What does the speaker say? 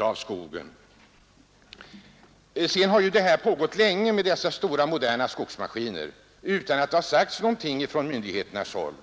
av skogen. Detta med de stora moderna skogsmaskinerna har ju pågått länge utan att det har sagts någonting från myndigheternas håll.